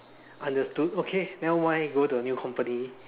understood okay never mind go to a new company